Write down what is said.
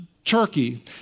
Turkey